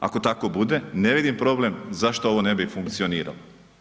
Ako tako bude, ne vidim problem zašto ovo ne bi funkcioniralo.